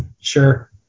Sure